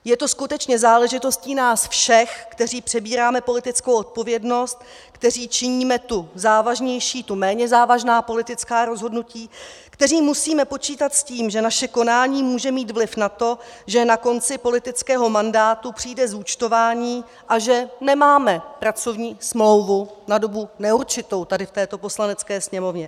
Je to skutečně záležitostí nás všech, kteří přebíráme politickou odpovědnost, kteří činíme tu závažnější, tu méně závažná politická rozhodnutí, kteří musíme počítat s tím, že naše konání může mít vliv na to, že na konci politického mandátu přijde zúčtování a že nemáme pracovní smlouvu na dobu neurčitou tady v této Poslanecké sněmovně.